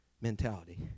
mentality